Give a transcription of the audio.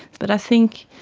but i think,